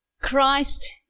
Christ